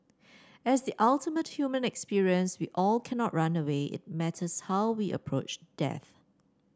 as the ultimate human experience we all cannot run away it matters how we approach death